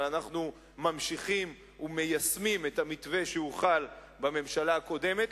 אבל אנחנו ממשיכים ומיישמים את המתווה שהוכן בממשלה הקודמת,